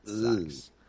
Sucks